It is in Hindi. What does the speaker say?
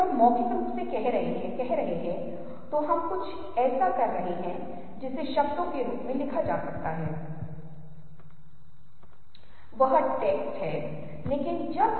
तो यह प्रवृत्ति कुछ है जिसे कुछ लोगों द्वारा 1940 और 50 के दशक की शुरुआत में पता लगाया गया था और ये लोग सिद्धांतों का एक सेट विकसित करने में सक्षम थे